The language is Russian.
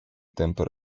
темпы